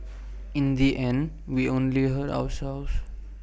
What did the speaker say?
in the end we only hurt ourselves